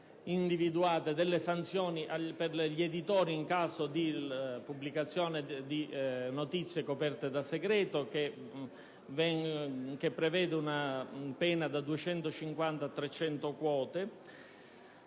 individuate le sanzioni per gli editori in caso di pubblicazione di notizie coperte da segreto, con la previsione della pena da 250 a 300 quote. Vi